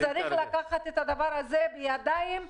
צריך לקחת את הדבר הזה בידיים חזקות,